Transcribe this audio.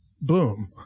Boom